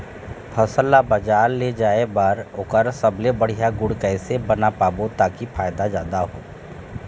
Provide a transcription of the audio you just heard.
फसल ला बजार ले जाए बार ओकर सबले बढ़िया गुण कैसे बना पाबो ताकि फायदा जादा हो?